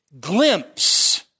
glimpse